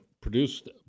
produced